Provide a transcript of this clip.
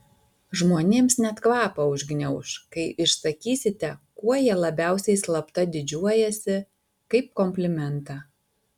žmonėms net kvapą užgniauš kai išsakysite kuo jie labiausiai slapta didžiuojasi kaip komplimentą